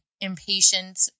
impatient